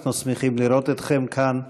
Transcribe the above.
אנחנו שמחים לראות אתכם כאן ביציע.